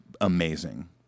amazing